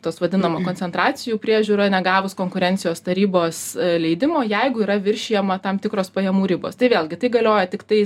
tas vadinama koncentracijų priežiūra negavus konkurencijos tarybos leidimo jeigu yra viršijama tam tikros pajamų ribos tai vėlgi tai galioja tiktai